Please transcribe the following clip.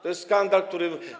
To jest skandal, który.